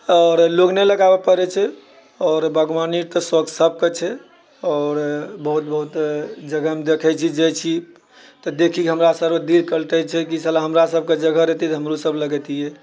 लोक नहि लगाबै पड़ै छै आओर बागवानी तऽ शौक सभके छै आओर बहुत बहुत जगहमे जखनि जाइछी तऽ देखि हमरा सभकेँ देह कल्पै छै कि साला हमरा सभकेँ जगह रहितै तऽ हमरो सभ लगैतिऐ